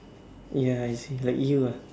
ya I see like you ah